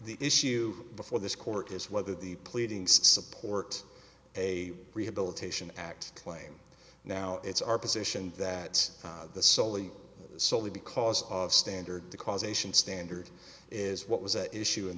the issue before this court is whether the pleadings support a rehabilitation act claim now it's our position that the soley solely because of standard the causation standard is what was at issue in